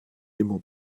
immer